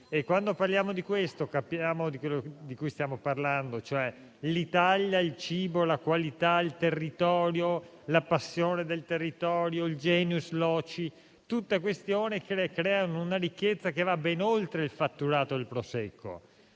Quando parliamo di questo, sappiamo di cosa stiamo parlando: l'Italia, il cibo, la qualità, il territorio, la passione del territorio e il *genius loci* sono tutte questioni che creano una ricchezza che va ben oltre il fatturato del Prosecco,